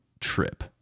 trip